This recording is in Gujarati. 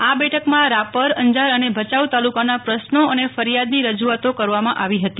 આ બેઠકમાં રાપર અંજાર અને ભયાઉ તાલુકાના પ્રશ્નો અને ફરિથાદની રજુઆતો કરવામાં આવી હતી